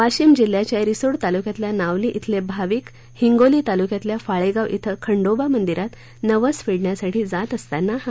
वाशिम जिल्ह्याच्या रिसोड तालुक्यातल्या नावली चिले भाविक हिंगोली तालुक्यातल्या फाळेगाव छे खंडोबा मंदिरात नवस फेडण्यासाठी जात असताना हा अपघात झाला